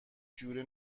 جوره